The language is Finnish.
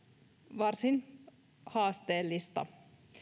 varsin haasteellista